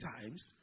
times